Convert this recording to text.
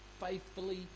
faithfully